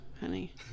honey